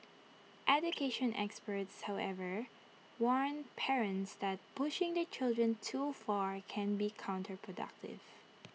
education experts however warn parents that pushing their children too far can be counterproductive